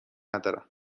ندارم